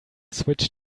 switch